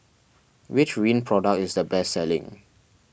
which Rene product is the best selling